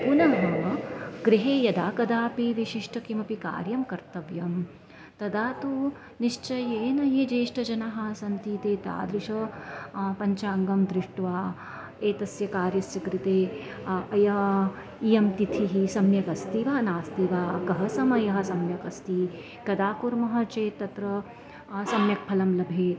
पुनः गृहे यदा कदापि विशिष्टं किमपि कार्यं कर्तव्यं तदा तु निश्चयेन ये ज्येष्ठजनाः सन्ति ते तादृशः पञ्चाङ्गं दृष्ट्वा एतस्य कार्यस्य कृते अयं इयं तिथिः सम्यक् अस्ति वा नास्ति वा कः समयः सम्यक् अस्ति कदा कुर्मः चेत् तत्र सम्यक् फलं लभेत्